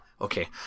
Okay